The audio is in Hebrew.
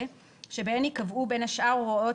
לגבי אדם המועסק במוסד